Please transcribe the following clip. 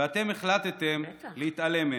ואתם החלטתם להתעלם מהם,